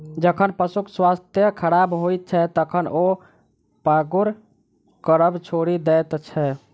जखन पशुक स्वास्थ्य खराब होइत छै, तखन ओ पागुर करब छोड़ि दैत छै